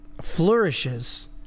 flourishes